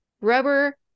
rubber